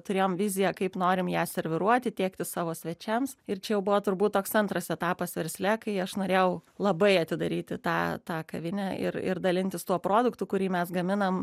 turėjom viziją kaip norim ją serviruoti tiekti savo svečiams ir čia buvo turbūt toks antras etapas versle kai aš norėjau labai atidaryti tą tą kavinę ir ir dalintis tuo produktu kurį mes gaminam